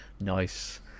Nice